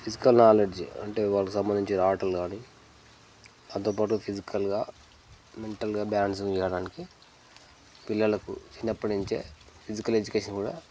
physical knowledge అంటే వాళ్ళకు సంబంధించి ఆటలు కానీ దాంతోపాటు ఫిజికల్గా మెంటల్గా బ్యాలెన్సింగ్ చేయడానికి పిల్లలకు చిన్నప్పటి నుంచి ఫిజికల్ ఎడ్యుకేషన్ కూడా